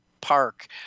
Park